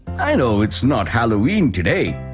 i know it's not halloween today.